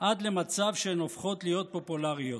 עד למצב שהן הופכות להיות פופולריות.